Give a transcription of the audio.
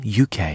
UK